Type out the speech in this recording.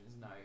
no